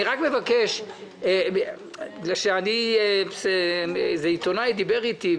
אני רק מבקש בגלל שאיזה עיתונאי דיבר איתי,